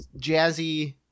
jazzy